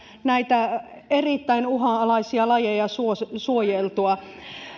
näitä erittäin uhanalaisia lajeja suojeltua suojeltua